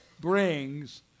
brings